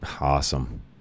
Awesome